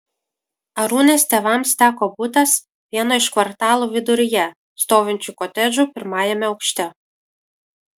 arūnės tėvams teko butas vieno iš kvartalo viduryje stovinčių kotedžų pirmajame aukšte